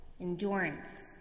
Endurance